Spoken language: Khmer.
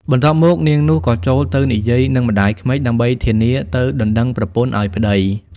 បន្ទាប់មក នាងនោះ ក៏ចូលទៅនិយាយនឹងម្តាយក្មេក ដើម្បីធានាទៅដណ្ដឹងប្រពន្ធឲ្យប្តី ។